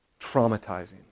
traumatizing